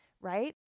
right